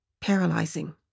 paralyzing